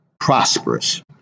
prosperous